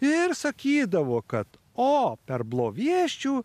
ir sakydavo kad o per blovieščių